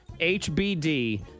HBD